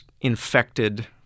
infected